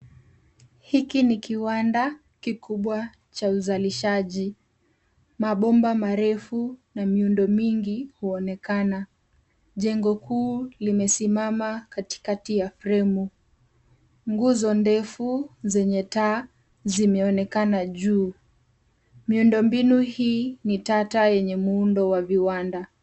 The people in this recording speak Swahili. Hiki ni kiwanda kikubwa cha uzalishaji. Mabomba marefu na miundo mingi huonekana. Jengo kuu limesimama kati kati ya fremu. Nguzo ndefu zenye taa zimeonekana juu. Miundo mbinu hii ni tata yenye muundo wa viwanda.